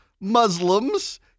Muslims